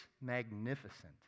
magnificent